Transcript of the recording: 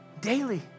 daily